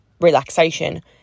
relaxation